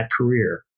career